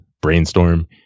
Brainstorm